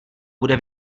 bude